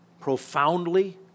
profoundly